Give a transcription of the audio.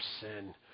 sin